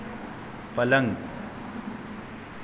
पलंग